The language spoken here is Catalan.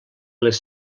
les